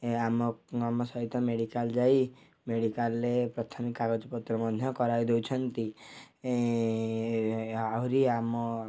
ଏ ଆମ ଆମ ସହିତ ମେଡ଼ିକାଲ୍ ଯାଇ ମେଡ଼ିକାଲ୍ରେ ପ୍ରଥମେ କାଗଜ ପତ୍ର ମଧ୍ୟ କରାଇଦଉଛନ୍ତି ଆହୁରି ଆମ